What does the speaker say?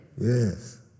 Yes